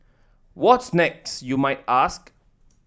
what's next you might ask